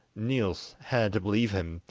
niels had to believe him,